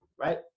right